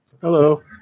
Hello